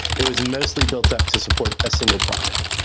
it was mostly built up to support a single project.